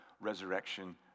resurrection